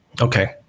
okay